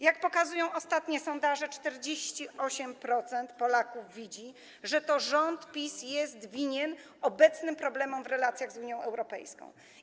Jak pokazują ostatnie sondaże, 48% Polaków widzi, że to rząd PiS ponosi winę za obecne problemy w relacjach z Unią Europejską.